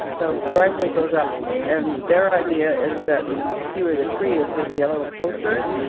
the driveway goes up and their idea is that you see where the tree is where the yellow poster is?